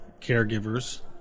caregivers